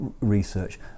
research